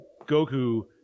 goku